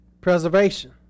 preservation